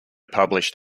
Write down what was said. published